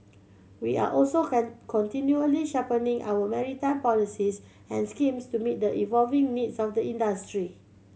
we are also continually sharpening our maritime policies and schemes to meet the evolving needs of the industry